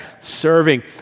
serving